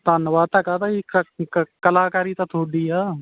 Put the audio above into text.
ਧੰਨਵਾਦ ਤਾਂ ਕਾਹਦਾ ਜੀ ਕ ਕਲਾਕਾਰੀ ਤਾਂ ਤੁਹਾਡੀ ਆ